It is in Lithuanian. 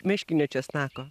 meškinio česnako